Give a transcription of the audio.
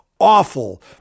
awful